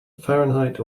fahrenheit